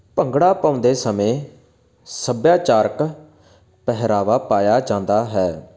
ਭੰਗੜਾ ਪਾਉਂਦੇ ਸਮੇਂ ਸੱਭਿਆਚਾਰਕ ਪਹਿਰਾਵਾ ਪਾਇਆ ਜਾਂਦਾ ਹੈ